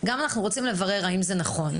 אנחנו רוצים לברר האם זה נכון.